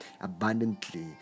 abundantly